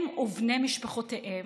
הם ובני משפחותיהם,